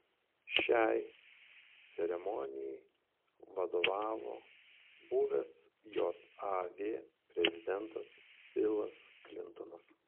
šiai ceremonijai vadovavo buvęs jav prezidentas bilas klintonas